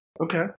Okay